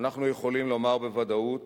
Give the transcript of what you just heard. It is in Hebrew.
אנחנו יכולים לומר בוודאות,